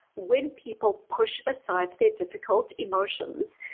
when people push aside their difficult emotions,